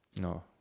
no